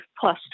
plus